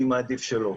אני מעדיף שלא.